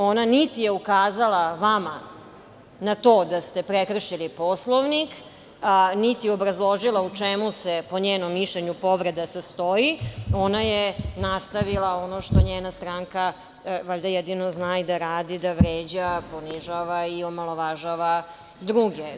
Ona, niti je ukazala vama na to da ste prekršili Poslovnik, niti je obrazložila u čemu se po njenom mišljenju povreda sastoji, ona je nastavila ono što njena stranka jedino valjda i da radi, da vređa, ponižava i omalovažava druge.